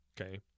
okay